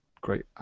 great